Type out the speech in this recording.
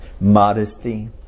modesty